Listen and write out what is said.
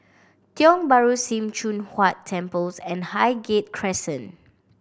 Tiong Bahru Sim Choon Huat Temples and Highgate Crescent